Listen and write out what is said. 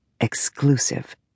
Exclusive